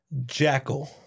Jackal